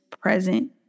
present